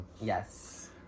yes